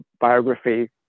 biography